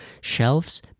shelves